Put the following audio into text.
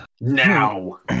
Now